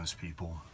People